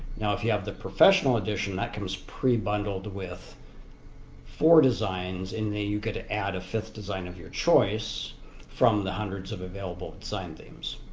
now if you have the professional edition that comes pre bundled with four designs and you could add a fifth design of your choice from the hundreds of available design themes.